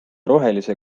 rohelise